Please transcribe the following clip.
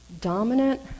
Dominant